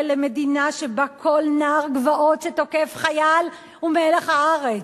למדינה שבה כל נער גבעות שתוקף חייל הוא מלח הארץ,